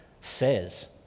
says